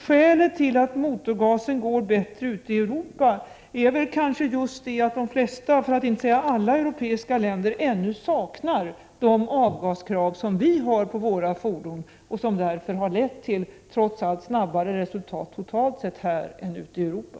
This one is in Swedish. Skälet till att motorgasen går bättre ute i Europa är kanske just det att de flesta, för att inte säga alla, europeiska länder ännu saknar de avgaskrav som vi har på våra fordon, krav som trots allt har lett till snabbare resultat totalt sett här än ute i Europa.